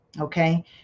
Okay